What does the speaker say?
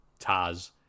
Taz